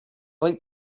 like